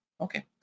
Okay